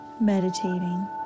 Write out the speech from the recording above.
meditating